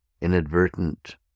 inadvertent